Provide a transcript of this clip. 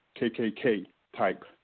KKK-type